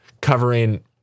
covering